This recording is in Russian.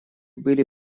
были